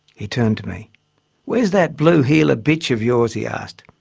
he turned to me where's that blue heeler bitch of yours? he asked.